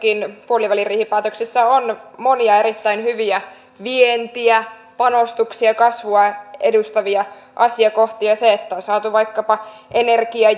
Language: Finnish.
puoliväliriihipäätöksessä on monia erittäin hyviä panostuksia ja vientiä ja kasvua edistäviä asiakohtia vaikkapa se että on saatu energia